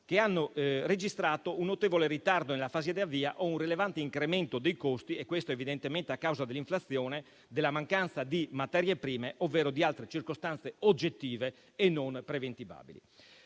che hanno registrato un notevole ritardo nella fase di avvio o un rilevante incremento dei costi, evidentemente a causa dell'inflazione, della mancanza di materie prime, ovvero di altre circostanze oggettive e non preventivabili.